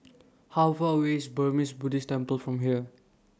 How Far away IS Burmese Buddhist Temple from here